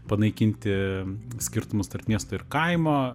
panaikinti skirtumus tarp miesto ir kaimo